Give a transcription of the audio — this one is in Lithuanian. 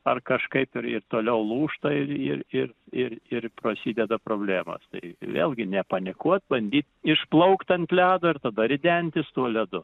ar kažkaip ir ir toliau lūžta ir ir ir ir ir prasideda problemos tai vėlgi nepanikuot bandyt išplaukt ant ledo ir tada ridentis tuo ledu